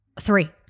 Three